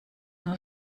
nur